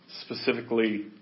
specifically